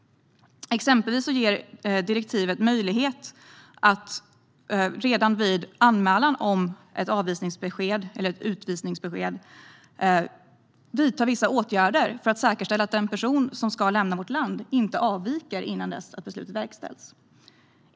Exempelvis ger direktivet möjlighet att redan vid anmälan om ett avvisningsbesked eller utvisningsbesked vidta vissa åtgärder för att säkerställa att den person som ska lämna vårt land inte avviker innan beslutet verkställs.